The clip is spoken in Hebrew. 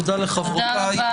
תודה לחברותיי.